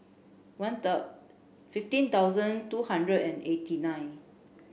one fifteen thousand two hundred and eighty nine